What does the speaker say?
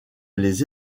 les